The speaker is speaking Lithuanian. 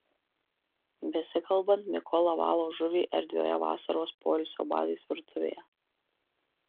besikalbant mikola valo žuvį erdvioje vasaros poilsio bazės virtuvėje